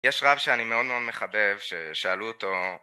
יש רב שאני מאוד מאוד מחבב ששאלו אותו